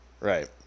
Right